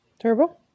Turbo